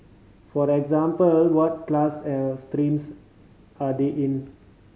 for example what class or streams are they in